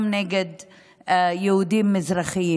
גם נגד יהודים מזרחים.